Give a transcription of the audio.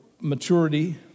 maturity